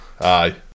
aye